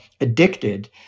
addicted